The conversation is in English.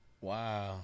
Wow